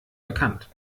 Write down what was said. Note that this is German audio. bekannt